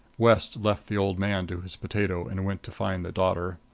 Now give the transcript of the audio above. west left the old man to his potato and went to find the daughter.